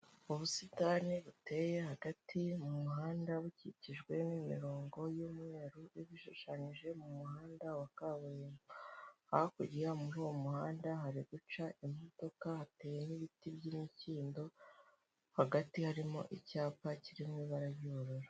Ubusitani buteye hagati mu muhanda bukikijwe n'imirongo y'umweru ishushanyije mu muhanda wa kaburimbo ,hakurya muri uwo muhanda hari guca imodoka hateye n'ibiti by'imikindo hagati harimo icyapa kiri mu ibara ry'ubururu.